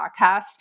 podcast